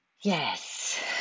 Yes